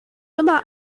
immer